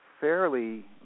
fairly